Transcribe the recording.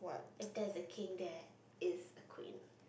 if there's a king there is a queen